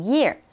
Year